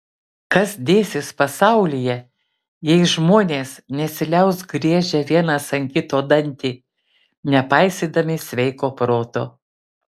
kas dėsis pasaulyje jei žmonės nesiliaus griežę vienas ant kito dantį nepaisydami sveiko proto